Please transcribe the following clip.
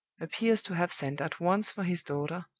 appears to have sent at once for his daughter,